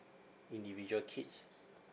individual kids